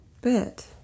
bit